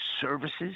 services